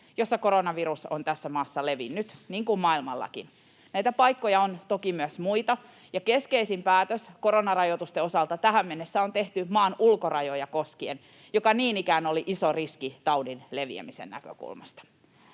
jossa koronavirus on tässä maassa, niin kuin maailmallakin, levinnyt. Näitä paikkoja on toki myös muita, ja keskeisin päätös koronarajoitusten osalta tähän mennessä on tehty koskien maan ulkorajoja, jotka niin ikään olivat iso riski taudin leviämisen näkökulmasta.